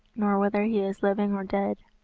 nor whether he is living or dead.